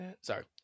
Sorry